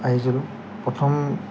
আহিছিলোঁ প্ৰথম